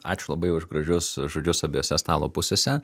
ačiū labai už gražius žodžius abiejose stalo pusėse